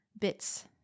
bits